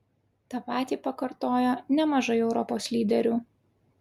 tą patį pakartojo nemažai europos lyderių